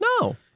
No